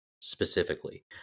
specifically